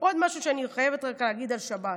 עוד משהו שאני חייבת להגיד על שב"ס.